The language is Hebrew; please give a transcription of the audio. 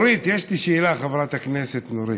נורית, יש לי שאלה, חברת הכנסת נורית: